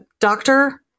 doctor